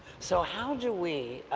so how do we